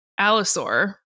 allosaur